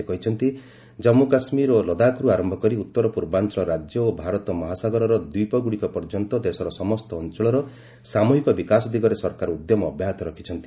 ସେ କହିଛନ୍ତି ଜମ୍ମୁ କାଶ୍କୀର ଓ ଲଦାଖ୍ରୁ ଆରମ୍ଭ କରି ଉତ୍ତର ପୂର୍ବାଞ୍ଚଳ ରାଜ୍ୟ ଓ ଭାରତ ମହାସାଗରର ଦ୍ୱୀପଗୁଡ଼ିକ ପର୍ଯ୍ୟନ୍ତ ଦେଶର ସମସ୍ତ ଅଞ୍ଚଳର ସାମ୍ବହିକ ବିକାଶ ଦିଗରେ ସରକାର ଉଦ୍ୟମ ଅବ୍ୟାହତ ରଖିଛନ୍ତି